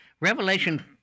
Revelation